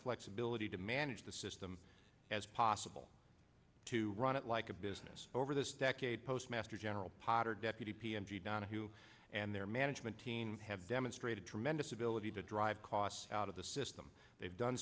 flexibility to manage the system as possible to run it like a business over this decade postmaster general potter deputy p m g donaghue and their management team have demonstrated tremendous ability to drive costs out of the system they've done